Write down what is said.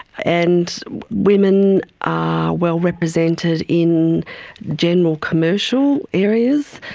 and women are well represented in general commercial areas.